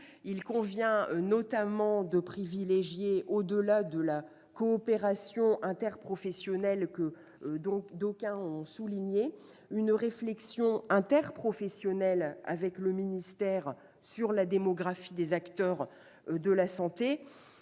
Il convient notamment de privilégier, au-delà de la coopération interprofessionnelle que d'aucuns ont soulignée, une réflexion interprofessionnelle avec le ministère sur la démographie des acteurs de la santé.